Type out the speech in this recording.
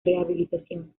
rehabilitación